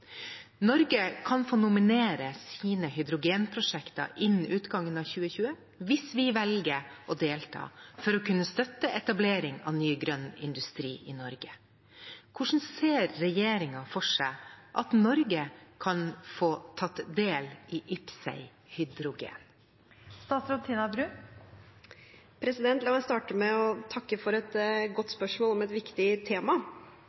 Norge kan få nominere sine hydrogenprosjekter innen utgangen av 2020 hvis vi velger å delta for å kunne støtte etablering av ny grønn industri i Norge. Hvordan ser regjeringen for seg at Norge kan få tatt del i IPCEI Hydrogen?» La meg starte med å takke for et godt spørsmål om et viktig tema.